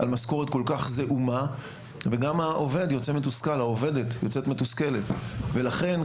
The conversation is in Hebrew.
על משכורת כל כך זעומה וגם העובדת יוצאת מתוסכלת ולכן,